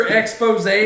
expose